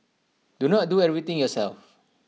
do not do everything yourself